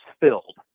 filled